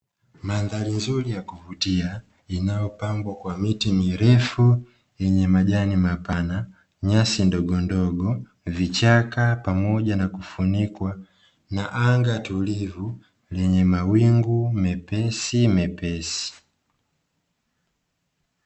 Mandhari nzuri ya kuvutia, inayopambwa kwa miti mirefu yenye majani mapana, nyasi ndogondogo, vichaka pamoja na kufunikwa na anga tulivu, lenye mawingu mepesimepesi.